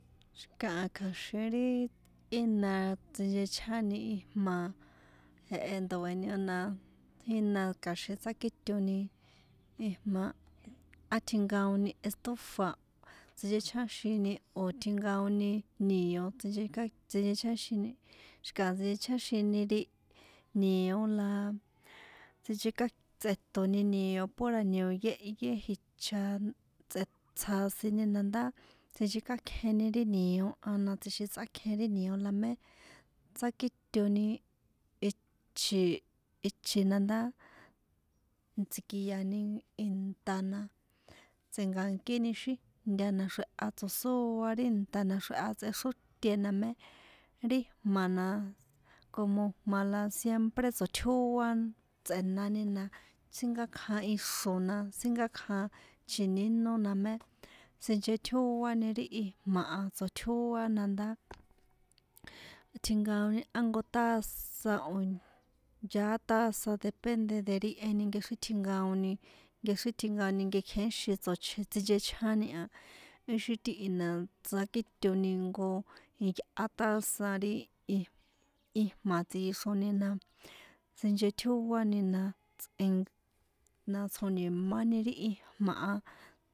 Xi̱kaha kja̱xin ri ína tsinchechjáni ijma̱ jehe ndoe̱ni a na ína kja̱xin tsákitoni ijma̱ á tjinkaoni estufa sinchechjáxini o̱ tjinkaoni nio̱ tsincheka sinchchjáxini xi̱kaha sinchechjáxini ri nio̱ la sincheká tsꞌetoni nio pura nio̱ yéhye icha tsꞌe tsjasini ni ndá sinchekákjeni ri nio̱ a na tsjixin tsꞌakjen ri nio̱ la mé tsákitoni ichi̱ ichi̱ nandá tsikiani inta na tsꞌenka̱ni xíjna naxrea tso̱sóa ri inta na naxrea tsexróte na mé ri jma̱ na como jma̱ na siempre tsoṭjóa tsꞌenani na sínkákja ixro̱ na sínkákja chiníno na mé sinchetjóani ri ijma a tsoṭjóa na ndá tjinkaoni á jnko taza yaá taza depende de ri eni nkexrin tjinkaoni nkexrín tjinkaoni sinchechjáni a ixi tíhi na tsakitoni jnko iyꞌá taza ri ijma̱ tsixroni na sinchetjóani na tsꞌe na tsjo̱ni̱mani ri ijma̱.